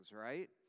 right